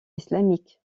islamique